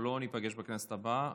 כבר לא ניפגש בכנסת הבאה,